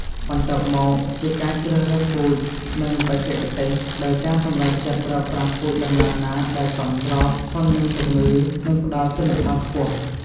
បន្ទាប់មកជាការជ្រើសរើសពូជ និងបច្ចេកទេស ដោយការសម្រេចចិត្តប្រើប្រាស់ពូជដំណាំណាដែលសមស្រប ធន់នឹងជំងឺ និងផ្តល់ទិន្នផលខ្ពស់។